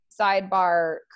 sidebar